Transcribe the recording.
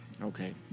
Okay